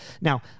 Now